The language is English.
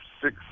Six